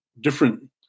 different